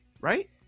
right